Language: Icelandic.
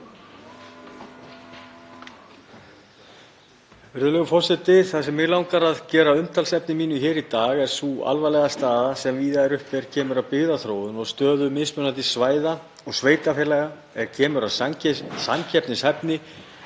Það sem mig langar að gera að umtalsefni mínu hér í dag er sú alvarlega staða sem víða er uppi er kemur að byggðaþróun og stöðu mismunandi svæða og sveitarfélaga hvað varðar samkeppnishæfni